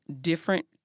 different